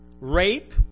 rape